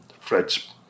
fred's